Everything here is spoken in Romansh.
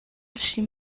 aschi